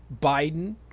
Biden